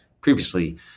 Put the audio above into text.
previously